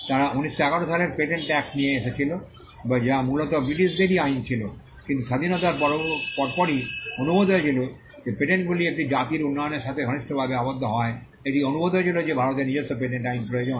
তারা 1911 সালের patent act নিয়ে এসেছিল যা মূলত ব্রিটিশদেরই আইন ছিল কিন্তু স্বাধীনতার পরপরই অনুভূত হয়েছিল যে পেটেন্টগুলি একটি জাতির উন্নয়নের সাথে ঘনিষ্ঠভাবে আবদ্ধ হওয়ায় এটি অনুভূত হয়েছিল যে ভারতের নিজস্ব পেটেন্ট আইন প্রয়োজন